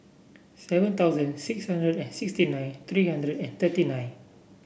seven thousand six hundred and sixty nine three hundred and thirty nine